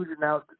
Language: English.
now